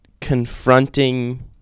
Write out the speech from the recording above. confronting